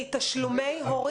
תשלומי הורים.